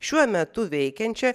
šiuo metu veikiančią